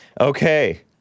Okay